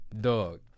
Dog